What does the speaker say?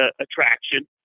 attraction